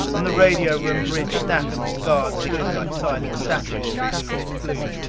on the radio room bridge snap and his guard stood like silent statues in the blue lit gloom.